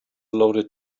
loaded